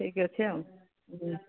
ଠିକ୍ ଅଛି ଆଉ